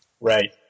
Right